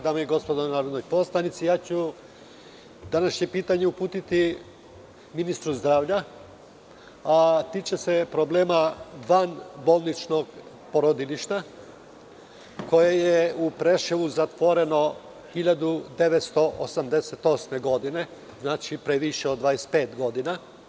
Dame i gospodo narodni poslanici, ja ću današnje pitanje uputiti ministru zdravlja, a tiče se problema vanbolničkog porodilišta, koje je u Preševu zatvoreno 1988. godine, znači pre više od 25 godina.